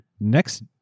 next